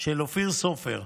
של אופיר סופר,